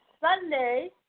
Sunday